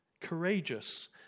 courageous